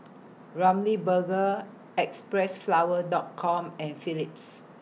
Ramly Burger Xpressflower Dot Com and Philips